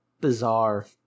bizarre